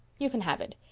you can have it.